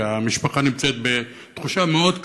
כי המשפחה נמצאת בתחושה מאוד קשה.